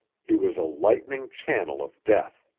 he was a lightning channel of death.